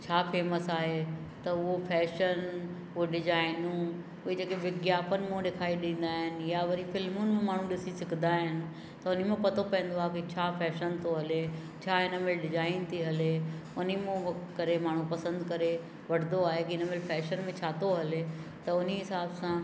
छा फेमस आहे त उहो फैशन उहो डिज़ाइनूं उहे जेके विज्ञापन मां ॾेखाए ॾींदा आहिनि या वरी फिल्मुनि में माण्हू ॾिसी सघंदा आहिनि त उन में पतो पवंदो आहे की छा फैशन थो हले छा हिन में डिज़ाइन थी हले उन मां करे माण्हू पसंदि करे वठंदो आहे की हिन में फैशन में छा थो हले त उन हिसाब सां